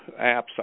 apps